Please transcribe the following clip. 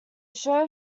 show